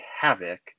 Havoc